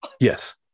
Yes